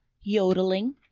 Yodeling